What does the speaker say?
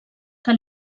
que